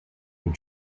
and